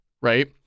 right